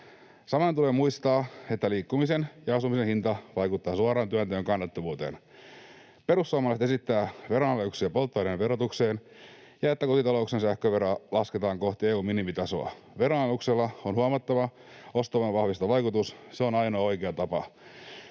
Samalla tulee muistaa, että liikkumisen ja asumisen hinta vaikuttaa suoraan työnteon kannattavuuteen. Perussuomalaiset esittävät veronalennuksia polttoaineen verotukseen ja että kotitalouksien sähköveroa lasketaan kohti EU:n minimitasoa. Veronalennuksella on huomattava ostovoimaa vahvistava vaikutus. Se on ainoa oikea tapa.